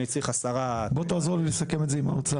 אני צריך 10״. בוא תעזור לי לסכם את זה עם האוצר.